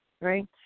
right